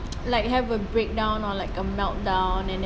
like have a breakdown or like a meltdown and then